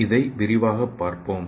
இதை விரிவாகப் பார்ப்போம்